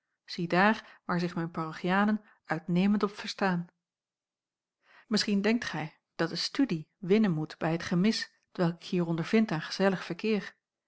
ziedaar waar zich mijn parochianen uitnemend op verstaan misschien denkt gij dat de studie winnen moet bij het gemis t welk ik hier ondervind aan gezellig verkeer